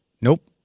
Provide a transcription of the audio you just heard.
Nope